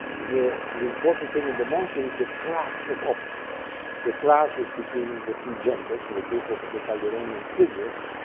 the the important thing in the monster is the clash of opposites the clashes between the two genders, in the case of the calderonian figures